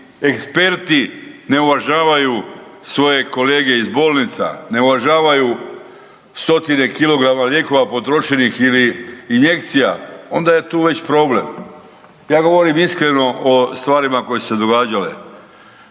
eksperti ne uvažavaju svoje kolege iz bolnica, ne uvažavaju stotine kilograma lijekova potrošenih ili injekcija onda je tu već problem. Ja govorim iskreno o stvarima koje su se događale